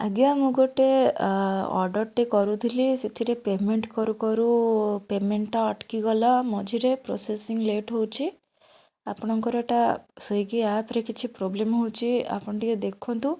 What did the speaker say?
ଆଜ୍ଞା ମୁଁ ଗୋଟେ ଅର୍ଡ଼ର୍ ଟେ କରୁଥିଲି ସେଥିରେ ପେମେଣ୍ଟ କରୁ କରୁ ପେମେଣ୍ଟଟା ଅଟକିଗଲା ମଝିରେ ପ୍ରୋସେସିଙ୍ଗ ଲେଟ୍ ହେଉଛି ଆପଣଙ୍କର ଏଟା ସ୍ୱିଗି ଆପ୍ ରେ କିଛି ପ୍ରୋବ୍ଲେମ୍ ହେଉଛି ଆପଣ ଟିକେ ଦେଖନ୍ତୁ